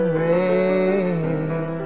rain